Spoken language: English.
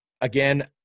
Again